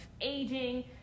aging